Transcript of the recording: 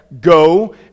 Go